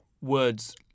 words